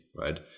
right